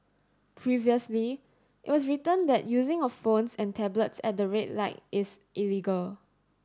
previously it was written that using of phones and tablets at the red light is illegal